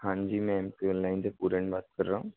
हाँ जी मैं एम पी एल लाइन से पूरण बात कर रहा हूँ